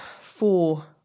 four